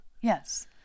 Yes